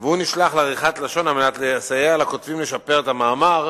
והוא נשלח לעריכת לשון על מנת לסייע לכותבים לשפר את המאמר,